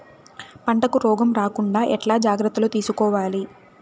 పంటకు రోగం రాకుండా ఎట్లా జాగ్రత్తలు తీసుకోవాలి?